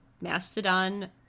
Mastodon